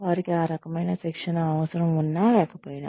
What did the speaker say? వారికి ఆ రకమైన శిక్షణ అవసరం ఉన్నా లేకపోయినా